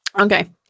Okay